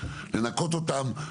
לנקות אותם,